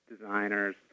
designers